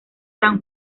san